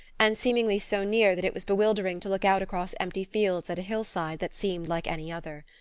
and seemingly so near that it was bewildering to look out across empty fields at a hillside that seemed like any other.